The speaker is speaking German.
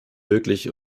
wirklich